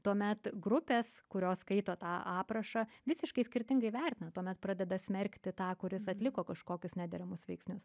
tuomet grupės kurios skaito tą aprašą visiškai skirtingai vertina tuomet pradeda smerkti tą kuris atliko kažkokius nederamus veiksnius